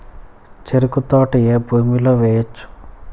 చెరుకు తోట ఏ భూమిలో వేయవచ్చు?